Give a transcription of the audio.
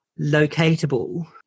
locatable